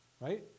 right